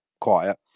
quiet